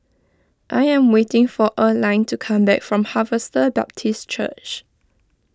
I am waiting for Earline to come back from Harvester Baptist Church